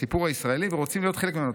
לסיפור הישראלי ורוצים להיות חלק ממנו".